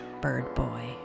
birdboy